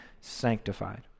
sanctified